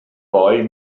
boy